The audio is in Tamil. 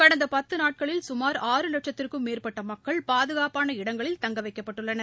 கடந்த பத்து நாட்களில் சுமார் ஆறு லட்சத்திற்கும் மேற்பட்ட மக்கள் பாதுகாப்பான இடங்களில் தங்க வைக்கப்பட்டுள்ளனர்